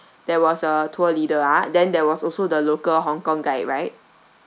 there was a tour leader ah then there was also the local hong kong guide right